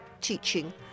teaching